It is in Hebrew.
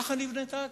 כך נבנתה הכנסת.